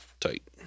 tight